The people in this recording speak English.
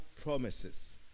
promises